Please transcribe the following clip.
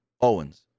Owens